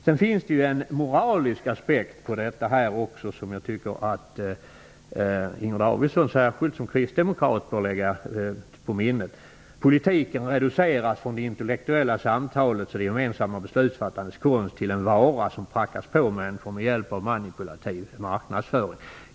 Sedan finns det också en moralisk aspekt som jag tycker att Inger Davidson särskilt som kristdemokrat bör lägga på minnet. Politiken reduceras från det intellektuella samtalets gemensamma beslutfattandets konst till en vara som prackas på människor med hjälp av manipulativ marknadsföring.